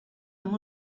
amb